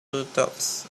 bulldogs